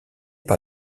par